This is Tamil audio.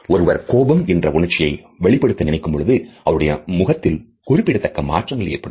ஒருவர் கோபம் என்ற உணர்ச்சியை வெளிப்படுத்த நினைக்கும் பொழுது அவருடைய முகத்தில் குறிப்பிடத்தக்க மாற்றங்கள் ஏற்படும்